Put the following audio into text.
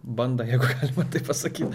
banda jeigu galima taip pasakyt